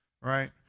right